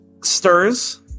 stirs